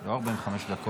לא 45 דקות.